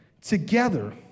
together